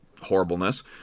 horribleness